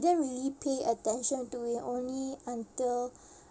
didn't really pay attention to it only until